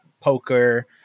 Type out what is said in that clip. poker